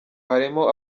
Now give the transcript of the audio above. harimo